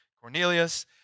Cornelius